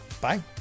Bye